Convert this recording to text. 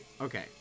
Okay